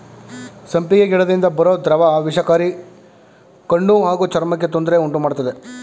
ಸಂಪಿಗೆ ಗಿಡದಿಂದ ಬರೋ ದ್ರವ ವಿಷಕಾರಿ ಕಣ್ಣು ಹಾಗೂ ಚರ್ಮಕ್ಕೆ ತೊಂದ್ರೆ ಉಂಟುಮಾಡ್ತದೆ